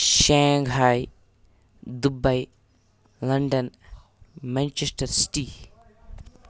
Shanghai Dubai London Manchester city